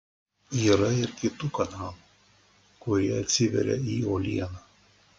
yra ir kitų kanalų kurie atsiveria į uolieną